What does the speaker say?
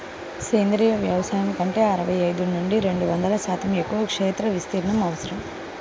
సేంద్రీయ వ్యవసాయం కంటే అరవై ఐదు నుండి రెండు వందల శాతం ఎక్కువ క్షేత్ర విస్తీర్ణం అవసరం